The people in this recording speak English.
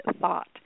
thought